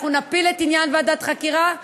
אנחנו נפיל את עניין ועדת החקירה,